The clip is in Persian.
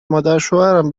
مادرشوهرم